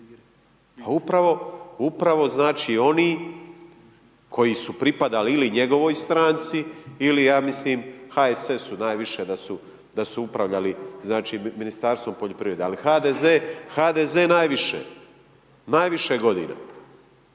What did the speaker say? Pa upravo znači oni koji su pripadali ili njegovoj stranci ili ja mislim HSS najviše da su upravljali znači Ministarstvom poljoprivrede, ali HDZ, HDZ najviše, naviše godina.